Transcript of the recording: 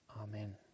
Amen